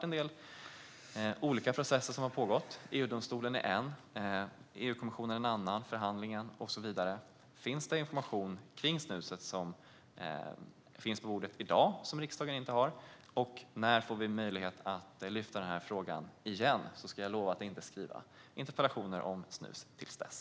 En del olika processer har pågått - i EU-domstolen, i EU-kommissionen och inom ramen för förhandlingen. Finns det information kring snuset på bordet i dag som riksdagen inte har, och när får vi möjlighet att lyfta fram denna fråga igen? Jag lovar att inte ställa interpellationer om snuset fram till dess.